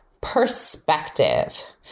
perspective